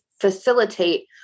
facilitate